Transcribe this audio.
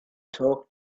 talk